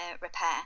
repair